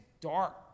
dark